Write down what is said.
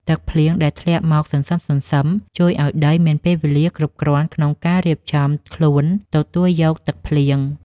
ទឹកភ្លៀងដែលធ្លាក់មកសន្សឹមៗជួយឱ្យដីមានពេលវេលាគ្រប់គ្រាន់ក្នុងការរៀបចំខ្លួនទទួលយកទឹកភ្លៀង។